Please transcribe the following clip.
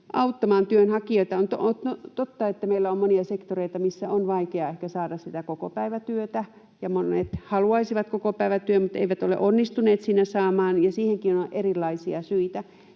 auttamaan työnhakijoita. On totta, että meillä on monia sektoreita, missä on ehkä vaikea saada kokopäivätyötä. Monet haluaisivat kokopäivätyön mutta eivät ole onnistuneet sitä saamaan, ja siihenkin on erilaisia syitä.